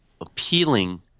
appealing